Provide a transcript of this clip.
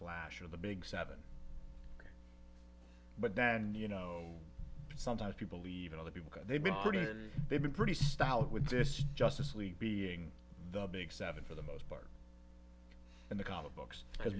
flash of the big seven but then you know sometimes people even other people they've been pretty they've been pretty stout with this justice league being the big seven for the most part in the comic books because